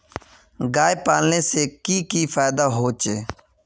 गाय पालने से की की फायदा होचे?